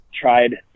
tried